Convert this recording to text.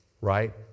Right